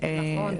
נכון.